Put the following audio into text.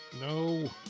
No